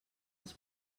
els